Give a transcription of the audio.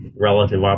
relative